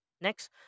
Next